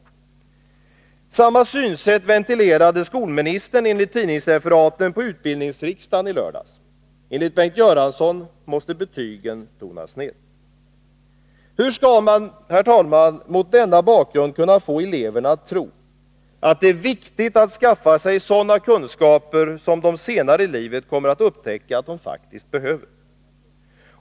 Samma synsätt ventilerade skolministern enligt tidningsreferaten på utbildningsriksdagen i lördags. Enligt Bengt Göransson måste betygen tonas ner. Hur skall man, herr talman, mot denna bakgrund kunna få eleverna att tro att det är viktigt att skaffa sig sådana kunskaper som de senare i livet kommer att upptäcka att de faktiskt behöver?